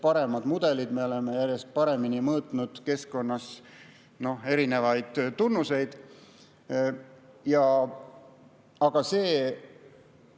paremad mudelid, me oleme järjest paremini mõõtnud keskkonna erinevaid tunnuseid. Aga see